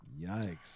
Yikes